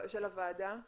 של הוועדה,